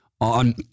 on